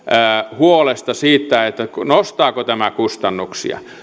huolesta nostaako tämä kustannuksia